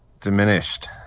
diminished